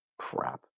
Crap